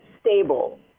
stable